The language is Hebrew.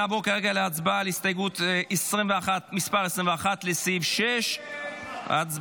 נעבור להצבעה על הסתייגות מס' 21, לסעיף 6. הצבעה.